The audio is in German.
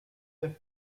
der